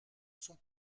sont